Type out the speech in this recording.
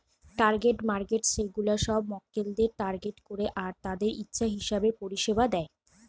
target markets সেগুলা সব মক্কেলদের টার্গেট করে আর তাদের ইচ্ছা হিসাবে পরিষেবা দেয়